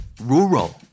Rural